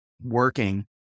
working